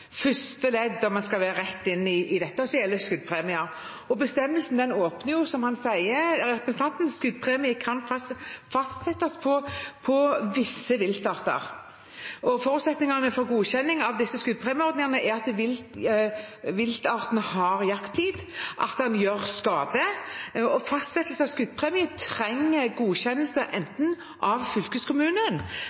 første ledd, om en skal rett inn i det som gjelder skuddpremier. Bestemmelsen åpner for, som representanten sier, at skuddpremie kan fastsettes på visse viltarter. Forutsetningene for godkjenning av disse skuddpremieordningene er at viltartene har jakttid, og at de gjør skade. Fastsettelsen av skuddpremie trenger godkjennelse enten av fylkeskommunen